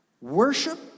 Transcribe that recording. worship